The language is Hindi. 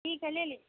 ठीक है ले लीजिए